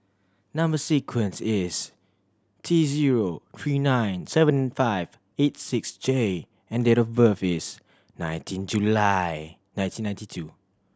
number sequence is T zero three nine seven five eight six J and date of birth is nineteen July nineteen ninety two